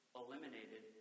eliminated